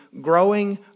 growing